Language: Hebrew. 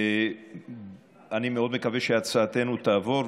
אני מאוד מקווה שהצעתנו תעבור,